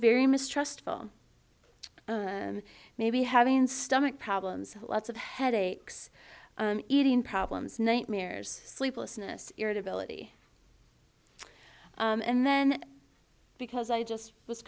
very mistrustful maybe having stomach problems lots of headaches eating problems nightmares sleeplessness irritability and then because i just was